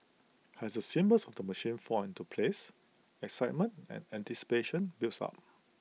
as the symbols of the machine fall into place excitement and anticipation builds up